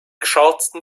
charleston